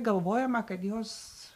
galvojama kad jos